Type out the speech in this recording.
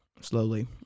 slowly